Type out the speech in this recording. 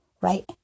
right